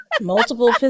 multiple